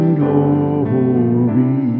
glory